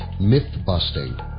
myth-busting